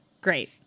Great